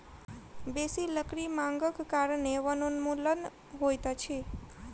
बेसी लकड़ी मांगक कारणें वनोन्मूलन होइत अछि